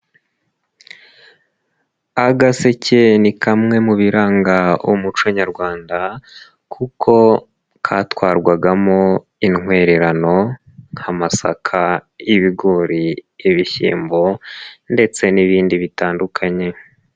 Agaseke ni kamwe mu biranga umuco nyarwanda kuko katwarwagamo intwererano nk'amasaka, ibigori, ibishyimbo ndetse n'ibindi bitandukanye.